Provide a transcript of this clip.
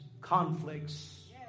conflicts